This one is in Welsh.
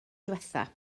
diwethaf